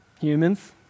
humans